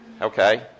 Okay